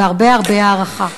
והרבה הרבה הערכה.